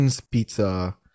Pizza